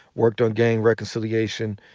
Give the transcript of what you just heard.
worked on gang reconciliation,